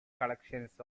collections